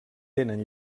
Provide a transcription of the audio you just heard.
tenen